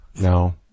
no